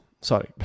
Sorry